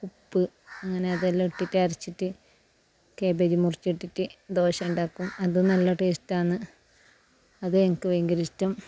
ഉപ്പ് അങ്ങനെ അതെല്ലാം ഇട്ടിറ്റ് അരച്ചിറ്റ് കേബേജ് മുറിച്ചിട്ടിറ്റ് ദോശ ഉണ്ടാക്കും അതും നല്ല ടേസ്റ്റാന്ന് അത് എനിക്ക് ഭയങ്കര ഇഷ്ട്ടം